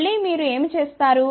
మళ్ళీ మీరు ఏమి చేస్తారు